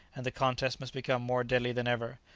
and the contest must become more deadly than ever.